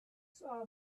saw